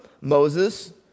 Moses